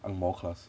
ang moh class